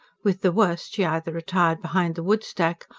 with the worst, she either retired behind the woodstack,